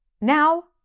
Now